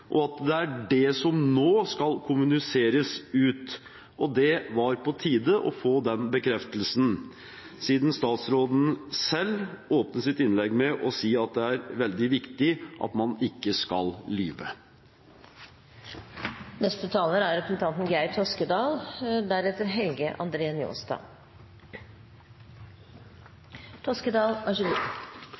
og at det er det som nå skal kommuniseres ut. Det var på tide å få den bekreftelsen, siden statsråden selv åpnet sitt innlegg med å si at det er veldig viktig at man ikke skal